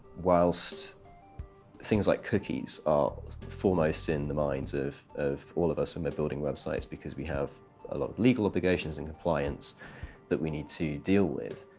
whilst things like cookies are foremost in the minds of of all of us when we're building websites because we have a lot of legal obligations and compliance that we need to deal with